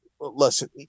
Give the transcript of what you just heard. listen